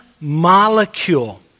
molecule